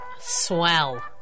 Swell